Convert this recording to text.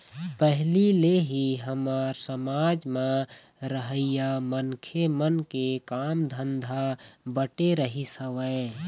पहिली ले ही हमर समाज म रहइया मनखे मन के काम धंधा बटे रहिस हवय